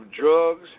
drugs